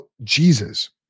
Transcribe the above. Jesus